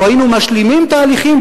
או היינו משלימים תהליכים,